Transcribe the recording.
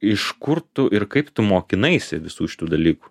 iš kur tu ir kaip tu mokinaisi visų šitų dalykų